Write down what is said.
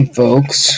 folks